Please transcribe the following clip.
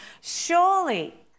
Surely